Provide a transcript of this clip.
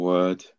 Word